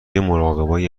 روی